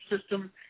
system